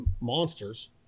monsters